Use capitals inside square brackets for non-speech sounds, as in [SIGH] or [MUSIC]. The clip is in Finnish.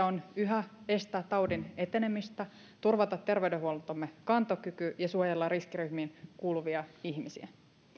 [UNINTELLIGIBLE] on yhä estää taudin etenemistä turvata terveydenhuoltomme kantokyky ja suojella riskiryhmiin kuuluvia ihmisiä